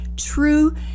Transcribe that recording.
true